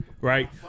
right